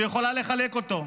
והיא יכולה לחלק אותו.